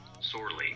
sorely